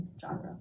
genre